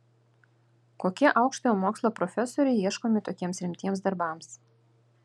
kokie aukštojo mokslo profesoriai ieškomi tokiems rimtiems darbams